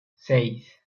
seis